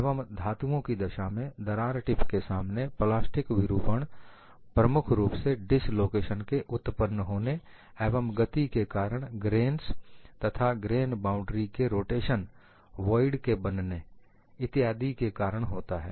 एवं धातुओं की दशा में दरार टिप के सामने प्लास्टिक विरूपण प्रमुख रूप से डिसलोकेशन के उत्पन्न होने एवं गति के कारण ग्रेंस तथा ग्रेन बाउंड्री के रोटेशन वॉइड के बनने rotation of grains and grain boundaries formation of voids इत्यादि के कारण होता है